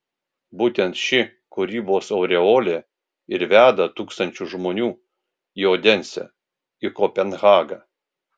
būtent ši kūrybos aureolė ir veda tūkstančius žmonių į odensę į kopenhagą